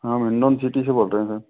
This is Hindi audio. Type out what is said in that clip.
हम हिंडोन सिटी से बोल रहे हैं सर